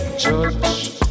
Judge